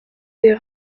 des